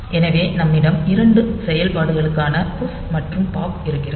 எனவே நம்மிடம் 2 செயல்பாடுகளான புஷ் மற்றும் பாப் இருக்கிறது